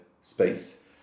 space